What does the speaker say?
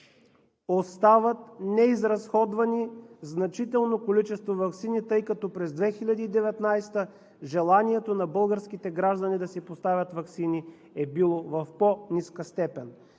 остават неизразходвани значително количество ваксини, тъй като през 2019 г. желанието на българските граждани да си поставят ваксини е било в по-ниска степен.